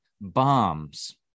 bombs